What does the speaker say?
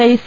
I C